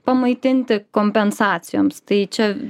pamaitinti kompensacijoms tai čia